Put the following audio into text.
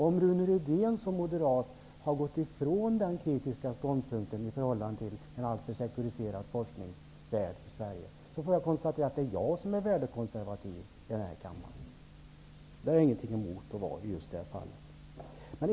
Om Rune Rydén som moderat har gått ifrån den kritiska ståndpunkten i förhållande till en alltför sektoriserad forskningsvärld i Sverige, får jag konstatera att det är jag som är värdekonservativ i den här kammaren. Det har jag ingenting emot att vara i just det fallet.